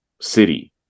city